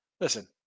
listen